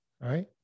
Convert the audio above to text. right